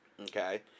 okay